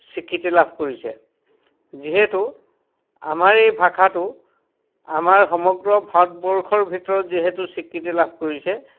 স্বীকৃতি লাভ কৰিছে যিহেতু আমাৰ এই ভাষাটো আমাৰ সমগ্ৰ ভাৰতবৰ্ষৰ ভিতৰত যিহেতু স্বীকৃতি লাভ কৰিছে